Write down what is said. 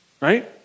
right